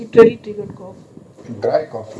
why when I say you coughing you cough more